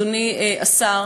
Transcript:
אדוני השר,